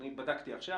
אני בדקתי עכשיו.